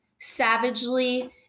savagely